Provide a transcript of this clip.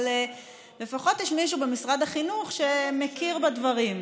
אבל לפחות יש מישהו במשרד החינוך שמכיר בדברים,